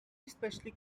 especially